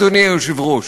אדוני היושב-ראש?